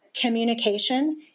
Communication